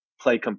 play –